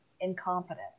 incompetent